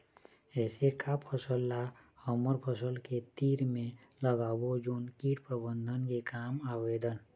ऐसे का फसल ला हमर फसल के तीर मे लगाबो जोन कीट प्रबंधन के काम आवेदन?